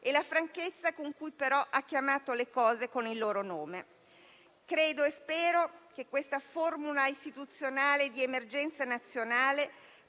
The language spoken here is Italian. e la franchezza con cui, però, ha chiamato le cose con il loro nome. Credo e spero che questa formula istituzionale di emergenza nazionale